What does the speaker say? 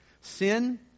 sin